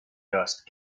dust